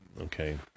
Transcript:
okay